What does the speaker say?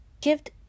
gift